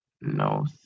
no